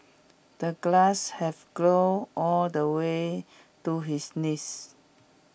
the grass have grown all the way to his knees